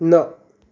न